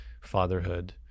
fatherhood